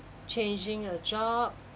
changing a job